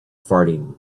farting